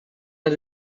nad